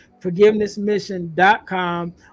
Forgivenessmission.com